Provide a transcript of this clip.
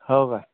हो का